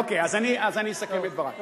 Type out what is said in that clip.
אוקיי, אז אני אסכם את דברי.